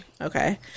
okay